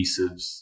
adhesives